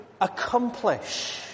accomplish